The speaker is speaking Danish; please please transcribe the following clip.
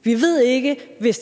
staten. Og hvis